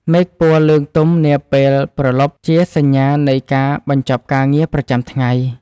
មេឃពណ៌លឿងទុំនាពេលព្រលប់ជាសញ្ញានៃការបញ្ចប់ការងារប្រចាំថ្ងៃ។